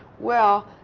well,